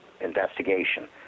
Investigation